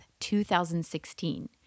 2016